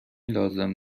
لازم